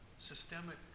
systemic